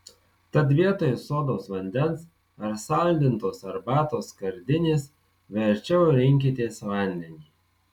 tad vietoj sodos vandens ar saldintos arbatos skardinės verčiau rinkitės vandenį